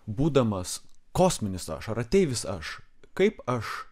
būdamas kosminis aš ar ateivis aš kaip aš